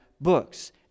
books